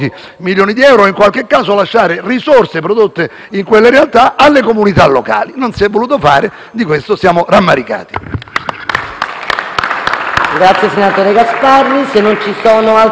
risorse prodotte in quelle realtà alle comunità locali. Non si è voluto fare e di questo siamo rammaricati.